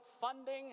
funding